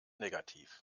negativ